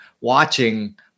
watching